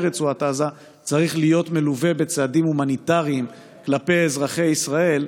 רצועת עזה צריך להיות מלווה בצעדים הומניטריים כלפי אזרחי ישראל,